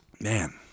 man